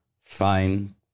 Fine